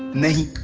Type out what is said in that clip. nny.